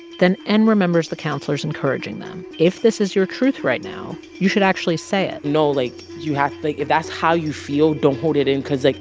then n remembers the counselors encouraging them. if this is your truth right now, you should actually say it n no. like, you have like, if that's how you feel, don't hold it in because, like,